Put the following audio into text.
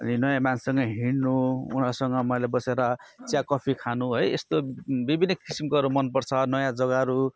अनि नयाँ मान्छेसँग हिँड्नु उनीहरूसँग मैले बसेर चिया कफी खानु है यस्तो विभिन्न किसिमकोहरू मनपर्छ नयाँ जग्गाहरू